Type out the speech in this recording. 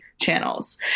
channels